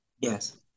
Yes